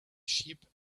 sheep